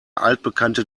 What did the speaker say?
altbekannte